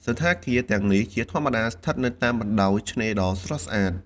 សណ្ឋាគារ ទាំងនេះជាធម្មតាស្ថិតនៅតាមបណ្តោយឆ្នេរដ៏ស្រស់ស្អាត។